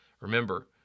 Remember